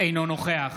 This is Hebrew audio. אינו נוכח